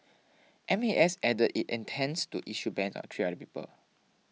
M A S added it intends to issue bans on three other people